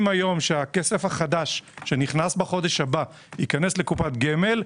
היום שהכסף החדש שנכנס בחודש הבא ייכנס לקופת גמל,